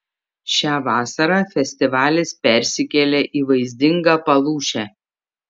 šią vasarą festivalis persikėlė į vaizdingą palūšę